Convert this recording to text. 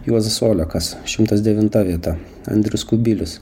juozas olekas šimtas devinta vieta andrius kubilius